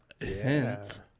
Hence